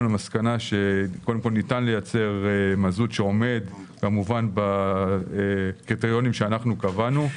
למסקנה שניתן לייצר מזוט שעומד כמובן בקריטריונים שאנחנו קבענו.